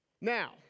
Now